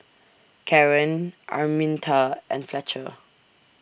Karen Arminta and Fletcher